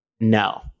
No